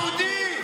העם היהודי,